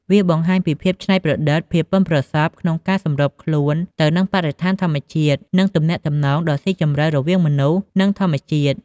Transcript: វាបង្ហាញពីភាពច្នៃប្រឌិត ភាពប៉ិនប្រសប់ក្នុងការសម្របខ្លួនទៅនឹងបរិស្ថានធម្មជាតិ និងទំនាក់ទំនងដ៏ស៊ីជម្រៅរវាងមនុស្ស និងធម្មជាតិ។